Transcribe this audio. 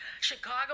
Chicago